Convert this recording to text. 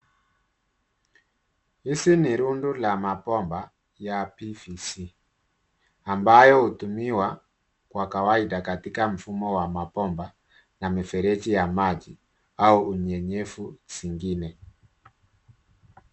Hii ni rundu la mabomba ya pvc, ambayo hutumiwa kwa kawaida katika mfumo wa mabomba na mifereji ya maji au unyenyevu zingine.